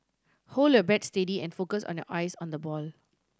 hold your bat steady and focus on your eyes on the ball